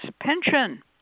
pension